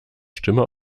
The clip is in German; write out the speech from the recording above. stimme